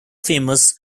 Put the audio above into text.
famous